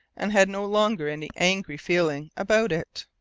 and had no longer any angry feeling about it.